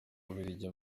bubiligi